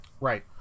Right